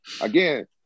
again